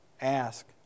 Ask